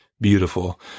beautiful